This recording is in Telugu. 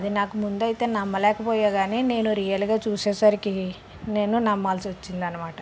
అది నాకు ముందు అయితే నమ్మలేకపోయాను కానీ నేను రియల్గా చూసేసరికి నేను నమ్మవలసి వచ్చింది అన్నమాట